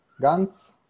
ganz